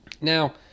now